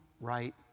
right